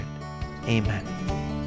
amen